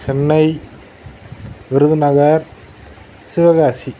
Chennai Virudhunagar Sivakasi